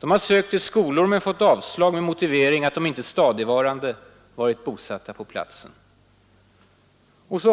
De har sökt till skolor men fått avslag med motiveringen att de inte stadigvarande varit bosatta på platsen.” Och så